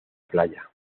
playa